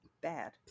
bad